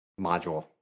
module